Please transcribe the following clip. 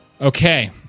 Okay